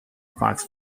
fox